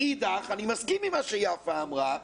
מאידך, אני מסכים עם מה שיפה אמרה,